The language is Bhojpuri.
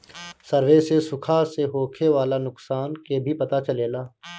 सर्वे से सुखा से होखे वाला नुकसान के भी पता चलेला